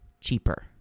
cheaper